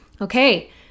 Okay